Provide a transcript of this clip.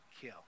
Kill